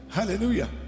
Hallelujah